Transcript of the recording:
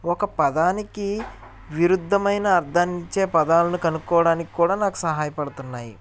ఒక పదానికి విరుద్ధమైన అర్థాన్ని ఇచ్చే పదాలను కనుక్కోడానికి కూడా నాకు సహాయపడుతున్నాయి